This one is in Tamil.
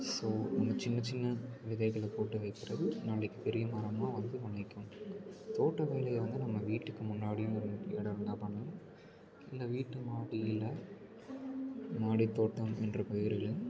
ஸோ இந்த சின்ன சின்ன விதைகளை போட்டு வெக்கிறது நாளைக்கு பெரிய மரமாக வந்து நிற்கும் தோட்ட வேலையை வந்து நம்ம வீட்டுக்கு முன்னாடி ஒரு இடம் இருந்தால் பண்ணலாம் இல்லை வீட்டு மாடியில் மாடித் தோட்டம் என்ற பெயரில்